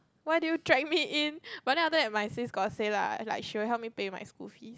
why did you drag me in but then after that my sis got say lah like she will help me pay my school fees